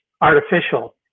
artificial